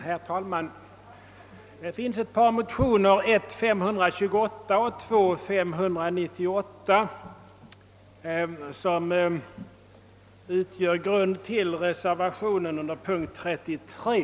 Herr talman! Det finns ett par motioner, I: 528 och II: 598, som utgör grund till reservationen under punkten 33.